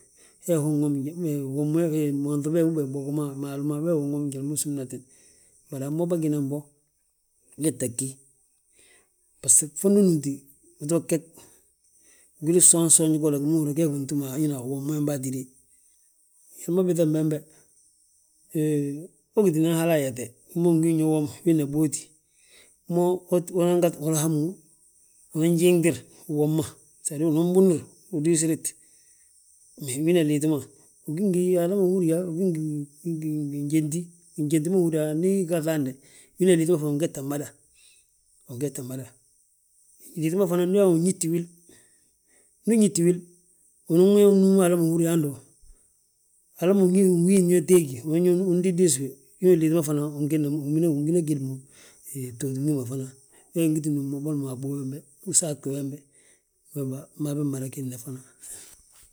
hee wi, monŧi be uben bogo ma, maalu ma we unwomi njali ma súmnatani; Bari a mo bâginan bo, gee ta gí baso fondi unúmti uto geg, gwil sonsonj golo gi ma húri yaa gee gi untúmi a wina a uwom wembe hatide. Wi ma ubiiŧa bembe, hee, wo gí nan hala a yete, wi ma ungin yo wom, wiina bóoti, mo wo nan gaŧ holi uhamu, unan jiŋtir uwom uwoma, sedir unan bunur, udiisirit; Me wina liiti ma, ugi ngi hala ma húri yaa win gi ngi ginjenti, ginjenti ma húri yaa, ndi gi gaŧ hande, wina liiti ma fanŋ ma win getta mada. Win getta mada, gyíŧi ma fana ndu uyaa uyisdi wil, ndu uñiti wil unan wi yaa unnúmi hala ma húri yaa hando, hala win gin yo teegi, unan yaa undidisi wi wina liiti ma fana win gina géd mo, hee btootin bi ma fana, wee ngiti núm mo boli mo a bóo wembe, hu saagti wembe, wi ma wi mmada gedna foloŋ.